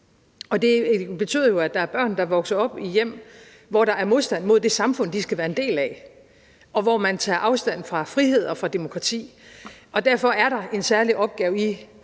og det betyder jo, at der er børn, der vokser op i hjem, hvor der er modstand mod det samfund, de skal være en del af, og hvor man tager afstand fra frihed og demokrati. Og derfor er der en særlig opgave i